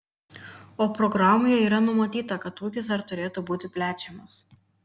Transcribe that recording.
o programoje yra numatyta kad ūkis dar turėtų būti plečiamas